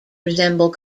resemble